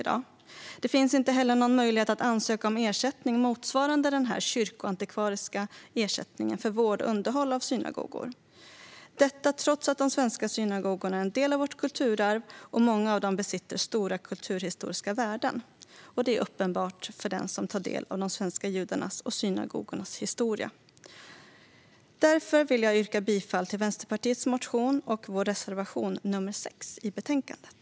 Det finns inte heller någon möjlighet att ansöka om ersättning motsvarande den kyrkoantikvariska för vård och underhåll av synagogor - detta trots att de svenska synagogorna är en del av vårt kulturarv och att många av dem besitter stora kulturhistoriska värden, något som är uppenbart för den som tar del av de svenska judarnas och synagogornas historia. Därför yrkar jag bifall till Vänsterpartiets motion och vår reservation nr 6 i betänkandet.